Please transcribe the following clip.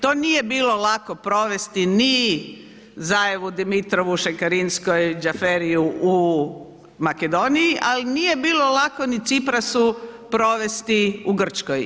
To nije bilo lako provesti ni Zajevu Dimitrovu, Šekarinskoj, Đaferiju u Makedoniju, ali nije bilo lako ni Ciprasu provesti u Grčkoj.